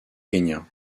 kenya